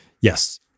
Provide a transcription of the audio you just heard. Yes